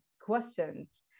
questions